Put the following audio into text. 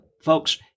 folks